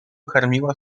karmiła